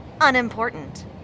unimportant